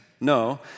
No